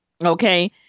Okay